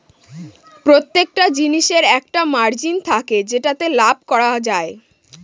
প্রতিটা জিনিসের একটা মার্জিন থাকে যেটাতে লাভ করা যায়